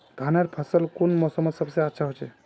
धानेर फसल कुन मोसमोत सबसे अच्छा होचे?